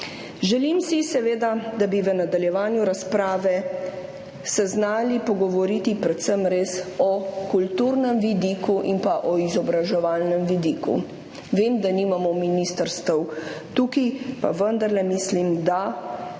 Želim si, seveda, da bi se v nadaljevanju razprave znali pogovoriti predvsem res o kulturnem vidiku in o izobraževalnem vidiku. Vem, da nimamo ministrstev tukaj, pa vendarle mislim, da